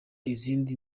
izindi